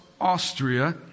Austria